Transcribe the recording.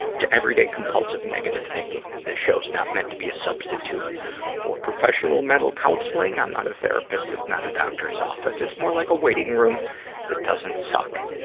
to everyday, compulsive negative thinking. this show's not meant to be a substitute for professional mental counseling. i'm not a therapist. it's not a doctor's office. it's more like a waiting room that doesn't suck.